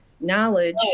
Knowledge